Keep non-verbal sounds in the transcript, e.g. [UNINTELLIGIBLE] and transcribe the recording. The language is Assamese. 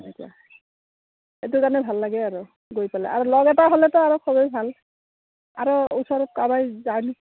এইটো কাৰণে ভাল লাগে আৰু গৈ পেলাই আৰু লগ এটা হ'লেতো আৰু খুবেই ভাল [UNINTELLIGIBLE]